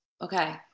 Okay